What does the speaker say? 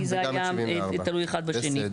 כי זה היה תלוי אחד בשני.